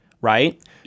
right